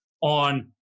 on